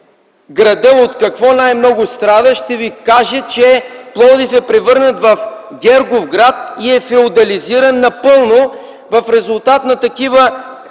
„От какво най-много страда градът?”, ще Ви каже, че Пловдив е превърнат в Герговград и е феодализиран напълно, в резултат на такива